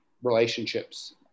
Relationships